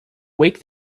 wake